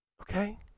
Okay